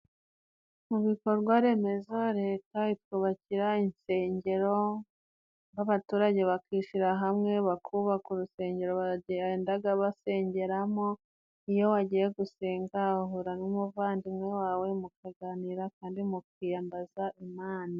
Mu bikorwa remezo leta itw ubakira insengero, nk'abaturage bakishyira hamwe bakubaka urusengero bagendaga basengera mo, iyo wagiye gusenga uhura n'umuvandimwe wawe, mukaganira kandi mukiyambaza Imana.